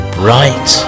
bright